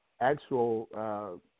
actual